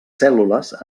cèl·lules